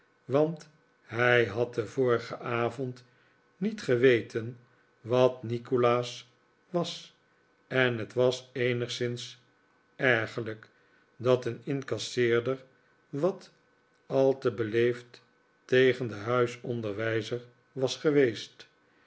want hij had den vorigen avond niet geweten wat nikolaas was en het was eenigszins ergerlijk dat een incasseerder wat al te beleefd tegen den huisonderwijzer was geweest